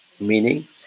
Meaning